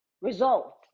result